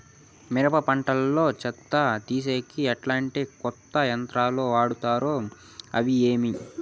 మిరప పంట లో చెత్త తీసేకి ఎట్లాంటి కొత్త యంత్రాలు వాడుతారు అవి ఏవి?